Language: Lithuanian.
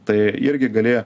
tai irgi galėjo